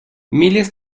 miles